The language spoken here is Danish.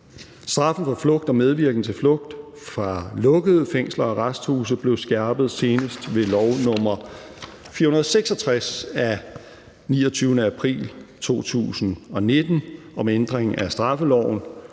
Straffen for flugt og medvirken til flugt fra lukkede fængsler og arresthuse blev skærpet senest ved lov nr. 466 af 29. april 2019 om ændring af straffeloven.